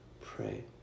pray